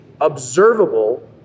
observable